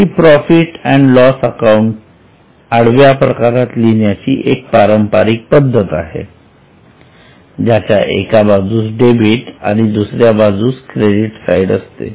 हि profit and loss account आडव्या प्रकारात लिहिण्याची एक पारंपरिक पद्धत आहे ज्याचा एका बाजूस डेबिट आणि दुसऱ्या बाजूस क्रेडीट साईड असते